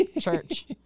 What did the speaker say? church